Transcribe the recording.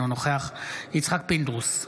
אינו נוכח יצחק פינדרוס,